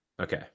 Okay